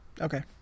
Okay